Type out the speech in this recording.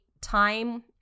time